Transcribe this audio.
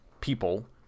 people